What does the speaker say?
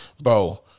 Bro